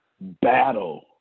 battle